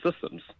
systems